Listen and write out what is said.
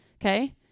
okay